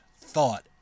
thought